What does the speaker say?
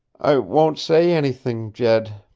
i won't say ennything, jed.